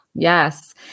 Yes